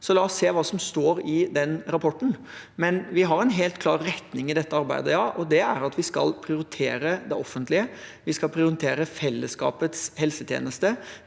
la oss se hva som står i den rapporten. Vi har en helt klar retning i dette arbeidet, og det er at vi skal prioritere det offentlige, vi skal prioritere fellesskapets helsetjeneste.